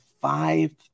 five